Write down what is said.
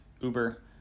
Uber